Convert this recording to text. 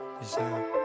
desire